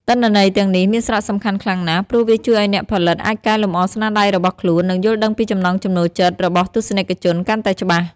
ទិន្នន័យទាំងនេះមានសារៈសំខាន់ខ្លាំងណាស់ ព្រោះវាជួយឱ្យអ្នកផលិតអាចកែលម្អស្នាដៃរបស់ខ្លួន និងយល់ដឹងពីចំណង់ចំណូលចិត្តរបស់ទស្សនិកជនកាន់តែច្បាស់។